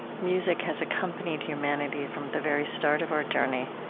music has accompanied humanity from the very start of our journey,